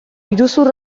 iruzur